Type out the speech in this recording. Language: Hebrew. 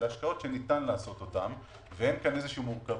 אלה השקעות שניתן לעשות אותן ואין כאן איזו מורכבות,